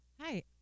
Hi